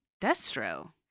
Destro